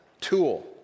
tool